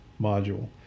module